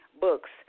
books